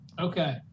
Okay